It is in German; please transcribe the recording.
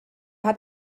hat